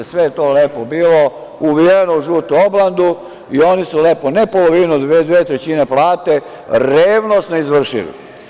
Sve je to lepo bilo uvijeno u žutu oblandu i oni su lepo, ne polovinu, nego dve trećine plate revnosno izvršili.